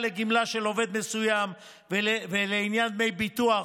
לגמלה של עובד מסוים ולעניין דמי ביטוח.